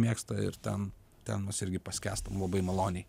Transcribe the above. mėgsta ir ten ten mes irgi paskęstam labai maloniai